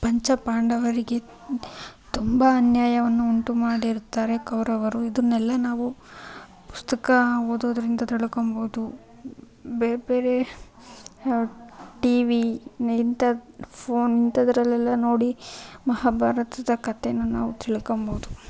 ಪಂಚ ಪಾಂಡವರಿಗೆ ತುಂಬ ಅನ್ಯಾಯವನ್ನು ಉಂಟು ಮಾಡಿರ್ತಾರೆ ಕೌರವರು ಇದನ್ನೆಲ್ಲ ನಾವು ಪುಸ್ತಕ ಓದೋದ್ರಿಂದ ತಿಳ್ಕೊಬೋದು ಬೇರೆ ಬೇರೆ ಟಿ ವಿ ಇಂಥ ಫೋನ್ ಇಂಥದರಲ್ಲೆಲ್ಲ ನೋಡಿ ಮಹಾಭಾರತದ ಕಥೆನ ನಾವು ತಿಳ್ಕೊಬೋದು